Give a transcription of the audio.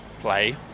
play